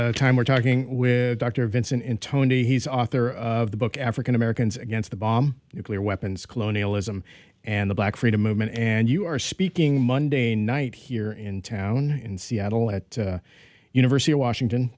of time we're talking with dr vincent intoned he's author of the book african americans against the bomb nuclear weapons colonialism and the black freedom movement and you are speaking monday night here in town in seattle at university of washington